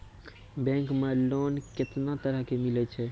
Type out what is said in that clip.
Bank मे loan कैतना तरह के मिलै छै?